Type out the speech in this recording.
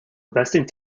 investing